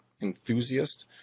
Enthusiast